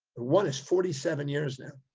the one is forty seven years now.